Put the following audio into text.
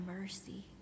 mercy